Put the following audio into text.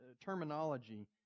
terminology